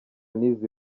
n’izi